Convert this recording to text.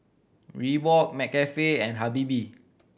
Reebok McCafe and Habibie